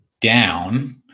down